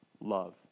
love